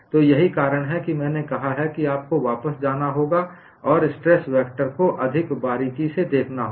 तो यही कारण है कि मैंने कहा कि आपको वापस जाना होगा और स्ट्रेस वेक्टर को अधिक बारीकी से देखना होगा